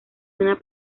una